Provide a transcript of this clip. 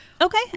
Okay